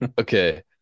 Okay